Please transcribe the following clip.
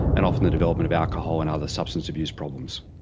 and often the development of alcohol and other substance abuse problems.